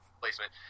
Placement